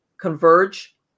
converge